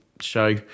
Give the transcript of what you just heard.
show